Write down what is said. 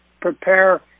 prepare